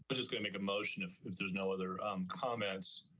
but just going to emotion. if if there's no other comments.